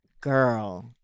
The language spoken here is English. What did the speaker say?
Girl